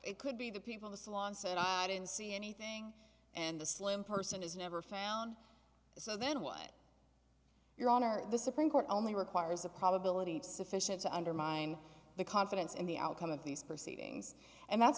it could be the people the salon said i didn't see anything and the slim person is never found so then one your honor the supreme court only requires a probability sufficient to undermine the confidence in the outcome of these proceedings and that's